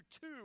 two